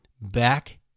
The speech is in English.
back